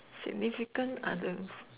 significant others